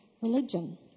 religion